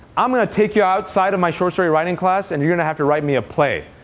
i'm going to take you outside of my short story writing class, and you're going to have to write me a play.